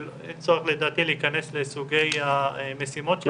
אין צורך לדעתי להיכנס לסוגי המשימות שלהם,